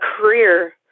career